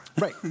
Right